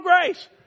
grace